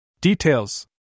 Details